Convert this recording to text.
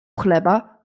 chleba